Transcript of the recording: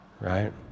right